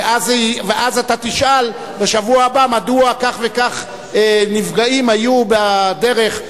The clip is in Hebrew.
ואז אתה תשאל בשבוע הבא מדוע כך וכך נפגעים היו בדרך,